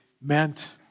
meant